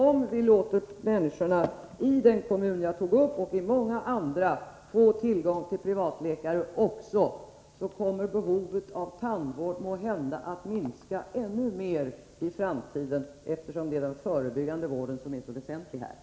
Om vi låter människorna — i den kommun som jag talade om och i många andra kommuner — få tillgång också till privattandläkare, kommer behovet av tandvård måhända att minska ännu mer i framtiden, eftersom det är den förebyggande vården som här är så väsentlig.